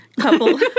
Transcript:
Couple